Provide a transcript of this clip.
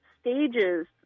stages